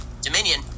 Dominion